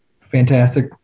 fantastic